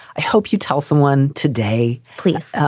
i hope you tell someone today, please.